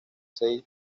seis